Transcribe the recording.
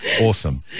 Awesome